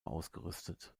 ausgerüstet